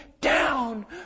down